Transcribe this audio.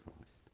Christ